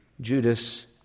Judas